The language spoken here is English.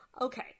Okay